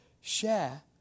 share